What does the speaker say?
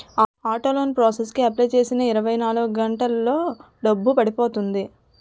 auto loan process కి apply చేసిన ఇరవై నాలుగు గంటల్లో డబ్బు పడిపోతుంది